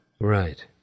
Right